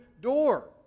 door